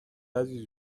عزیز